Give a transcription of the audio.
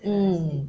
mm